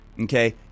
Okay